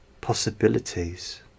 possibilities